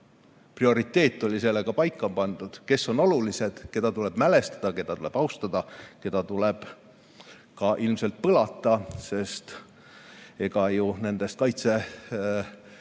Prioriteet oli paika pandud, kes on olulised, keda tuleb mälestada, keda tuleb austada, keda tuleb ka ilmselt põlata, sest ega ju kaitselahingute